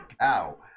cow